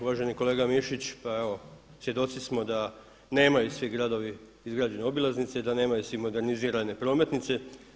Uvaženi kolega Mišić, pa evo svjedoci smo da nemaju svi gradovi izgrađene obilaznice i da nemaju svi modernizirane prometnice.